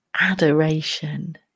adoration